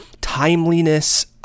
timeliness